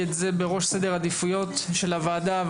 בראש סדר העדיפויות של הוועדה.